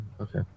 Okay